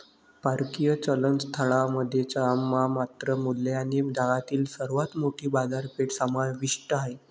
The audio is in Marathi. परकीय चलन स्थळांमध्ये नाममात्र मूल्याने जगातील सर्वात मोठी बाजारपेठ समाविष्ट आहे